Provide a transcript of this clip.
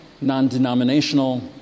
non-denominational